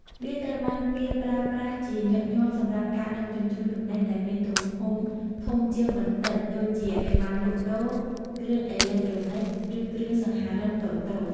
វាត្រូវបានគេប្រើប្រាស់ជាញឹកញាប់សម្រាប់ការដឹកជញ្ជូនទំនិញដែលមានទំហំធំជាងបន្តិចដូចជាឥវ៉ាន់លក់ដូរ គ្រឿងអេឡិចត្រូនិច ឬគ្រឿងសង្ហារឹមតូចៗ។